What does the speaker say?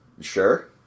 Sure